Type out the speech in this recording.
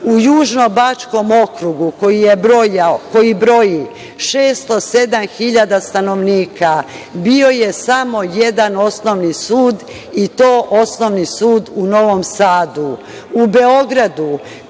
U Južnobačkom okrugu koji broji 607.000 stanovnika bio je samo jedan osnovi sud i to osnovni sud u Novom Sadu.